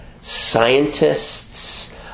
scientists